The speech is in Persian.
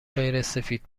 غیرسفید